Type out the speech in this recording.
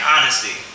Honesty